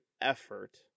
effort